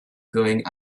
going